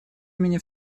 имени